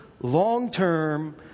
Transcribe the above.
long-term